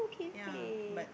ya but